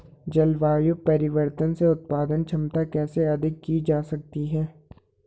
जलवायु परिवर्तन से उत्पादन क्षमता कैसे अधिक की जा सकती है?